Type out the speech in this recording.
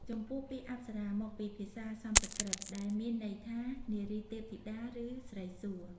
ចំពោះ ពាក្យ "អប្សរា" មកពីភាសាសំស្ក្រឹត ដែលមានន័យថា "នារីទេពធីតា" ឬ "ស្រីសួគ៌"។